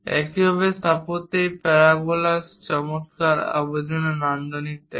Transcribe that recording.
একইভাবে স্থাপত্যেও এই প্যারাবোলাস চমৎকার আবেদনে নান্দনিক দিক দেয়